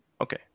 Okay